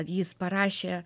jis parašė